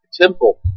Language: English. temple